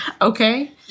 okay